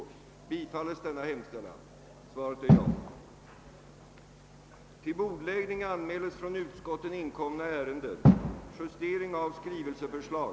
För ombesörjande av enskilda angelägenheter får jag härmed anhålla om ledighet från riksdagsarbetet under tiden 29—31 maj.